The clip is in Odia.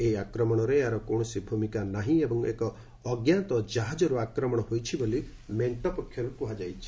ଏହି ଆକ୍ରମଣରେ ଏହାର କୌଣସି ଭୂମିକା ନାହିଁ ଏବଂ ଏକ ଅଜ୍ଞାତ କାହାଜରୁ ଆକ୍ରମଣ ହୋଇଛି ବୋଲି ମେଣ୍ଟ ପକ୍ଷରୁ କୁହାଯାଇଛି